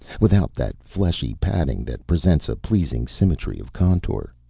without that fleshy padding that presents a pleasing symmetry of contour.